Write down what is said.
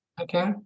okay